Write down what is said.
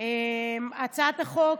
הצעת החוק,